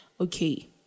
okay